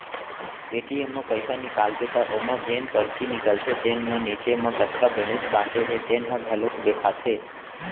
ATM म पइसा निकालबे त ओमा जेन परची निकलथे तेन म नीचे म कतका बेलेंस बाचे हे तेन ह घलोक देखाथे